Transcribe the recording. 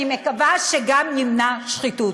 ואני מקווה שגם ימנע שחיתות.